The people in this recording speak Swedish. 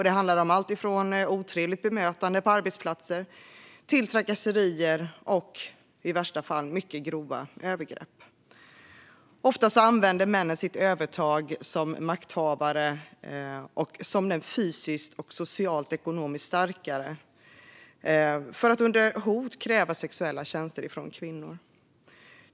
Det handlade om allt från otrevligt bemötande på arbetsplatser till trakasserier och, i värsta fall, mycket grova övergrepp. Ofta använde männen sitt övertag som makthavare och som den fysiskt, socialt och ekonomiskt starkare för att under hot kräva sexuella tjänster från kvinnor.